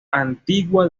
antigua